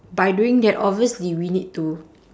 by doing that obviously we need to